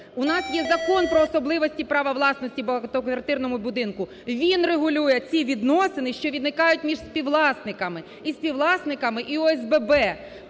У нас є Закон про особливості права власності у багатоквартирному будинку, він регулює ці відносини, що виникають між співвласниками, і співвласниками і ОСББ.